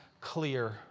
clear